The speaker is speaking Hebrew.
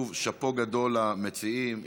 שוב, שאפו גדול למציעים.